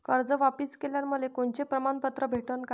कर्ज वापिस केल्यावर मले कोनचे प्रमाणपत्र भेटन का?